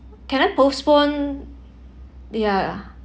can I postpone ya